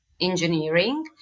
Engineering